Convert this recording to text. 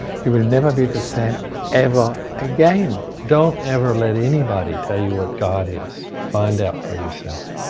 you will never be the same ever again. don't ever let anybody tell you what god is. find out for yourself.